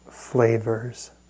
flavors